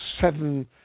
seven